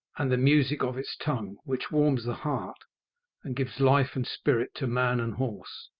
and the music of its tongue, which warms the heart and gives life and spirit to man and horse,